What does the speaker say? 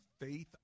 faith